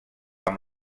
amb